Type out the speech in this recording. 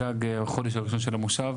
גג חודש הראשון של המושב,